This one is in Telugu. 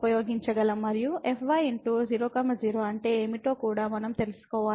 మరియు fy0 0 అంటే ఏమిటో కూడా మనం తెలుసుకోవాలి